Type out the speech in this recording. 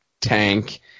tank